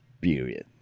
Period